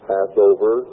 Passover